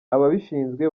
ababishinzwe